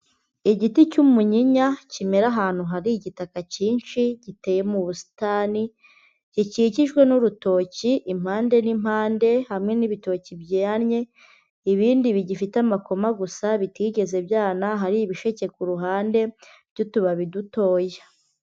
Igiti cy'umunyinya kimera ahantu hari igitaka cyinshi. Giteye mu busitani, gikikijwe n'urutoki impande n'impande. Hamwe ni ibitoki byannye, ibindi bigifite amakoma gusa, bitigeze byana, hari ibisheke ku ruhande by'utubabi dutoya.